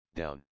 down